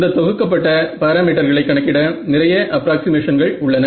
இந்த தொகுக்கப்பட்ட பாராமீட்டர்களை கணக்கிட நிறைய அப்ராக்ஸிமேஷன்கள் உள்ளன